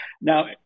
Now